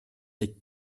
est